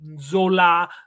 Zola